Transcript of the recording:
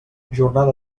jornada